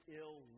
ill